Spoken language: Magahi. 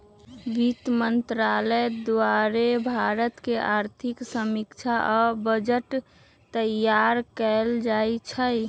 वित्त मंत्रालय द्वारे भारत के आर्थिक समीक्षा आ बजट तइयार कएल जाइ छइ